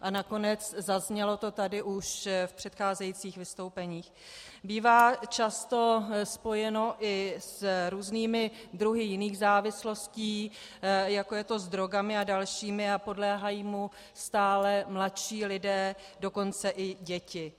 A nakonec, zaznělo to tady už v předcházejících vystoupeních, bývá často spojeno i s různými druhy jiných závislostí, jako je to s drogami a dalšími, a podléhají mu stále mladší lidé, dokonce i děti.